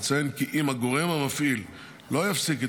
אציין כי אם הגורם המפעיל לא יפסיק את